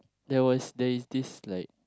there was there is this like